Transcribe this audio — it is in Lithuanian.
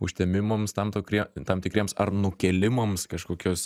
užtemimams tam tokrie tam tikriems ar nukėlimams kažkokius